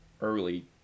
early